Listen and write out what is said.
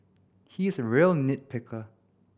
he is a real nit picker